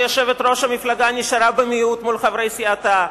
ויושבת-ראש המפלגה נשארה במיעוט מול חברי סיעתה.